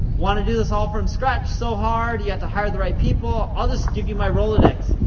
want to do this all from scratch, so hard, you have to hire the right people, i'll just give you my rolodex,